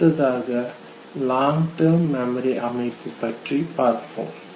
அடுத்ததாக long term மெமரியின் அமைப்பு பற்றி பார்ப்போம்